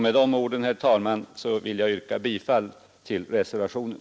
Med de orden, herr talman, vill jag yrka bifall till reservationen.